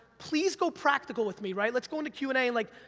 please go practical with me, right? let's go into q and a and like,